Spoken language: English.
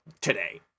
today